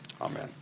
Amen